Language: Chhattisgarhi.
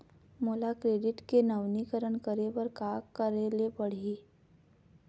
मोला क्रेडिट के नवीनीकरण करे बर का करे ले पड़ही?